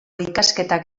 ikasketak